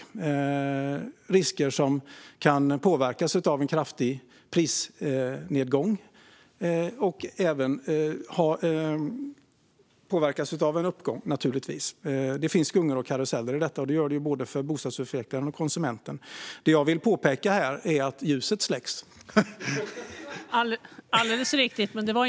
Det är risker som kan påverkas av en kraftig prisnedgång och även naturligtvis av en uppgång. Det finns gungor och karuseller i detta för både bostadsutvecklaren och konsumenten.